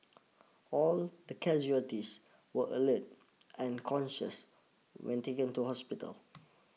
all the casualties were alert and conscious when taken to hospital